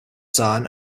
son